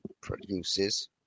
produces